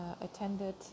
attended